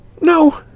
no